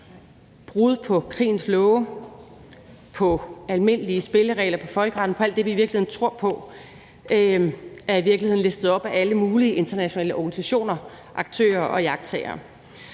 brud på krigens love, på almindelige spilleregler og på folkeretten, ja, på alt det, vi i virkeligheden tror på, er blevet listet op af alle mulige internationale organisationer, aktører og iagttagere.